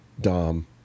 Dom